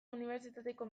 unibertsitateko